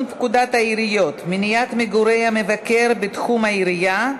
פקודת העיריות (מניעת מגורי המבקר בתחום העירייה),